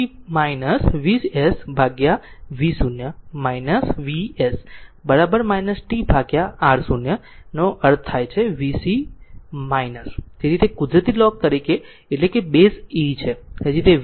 તો આ l n v Vsv0 Vs tRc નો અર્થ થાય છે v0 તેથી તે કુદરતી લોગ એટલે બેઝ e છે